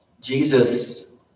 Jesus